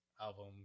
album